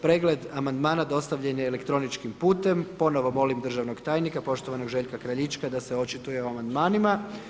Pregled amandmana dostavljen je elektroničkim putem, ponovno molim državnog tajnika, poštovanog Željka Kraljička da se očituje o amandmanima.